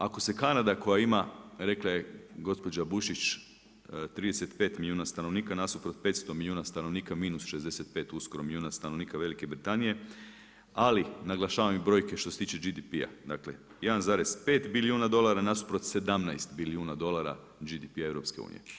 Ako se Kanada koja ima rekla je gospođa Bušić 35 milijuna stanovnika nasuprot 500 milijuna stanovnika minus 65 uskoro milijuna stanovnika Velike Britanije, ali naglašavam i brojke što se tiče GDP-a dakle 1,5 bilijuna dolara nasuprot 17 bilijuna dolara GDP-a EU.